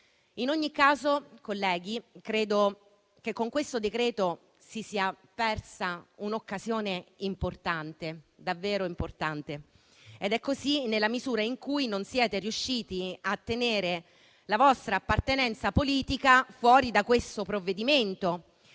In ogni caso, onorevoli colleghi, credo che con questo decreto-legge si sia persa un'occasione davvero importante. È così nella misura in cui non siete riusciti a tenere la vostra appartenenza politica fuori da questo provvedimento.